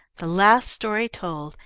the last story told,